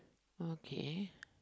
okay